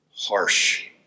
harsh